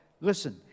Listen